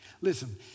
Listen